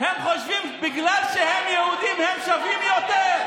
הם חושבים שבגלל שהם יהודים הם שווים יותר.